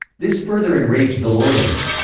this further enraged the lawyers.